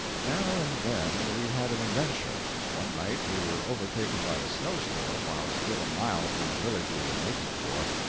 now and then we had an adventure. one night we were overtaken by a snow-storm while still a mile from the village we were making for.